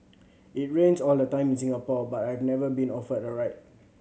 it rains all the time in Singapore but I've never been offered a ride